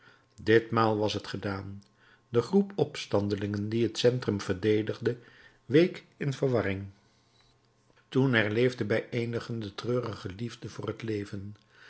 ditmaal was t gedaan de groep opstandelingen die het centrum verdedigde week in verwarring toen herleefde bij eenigen de treurige liefde voor het leven